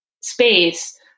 space